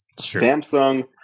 Samsung